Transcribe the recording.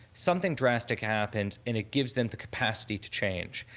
something drastic happens, and it gives them the capacity to change.